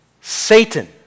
Satan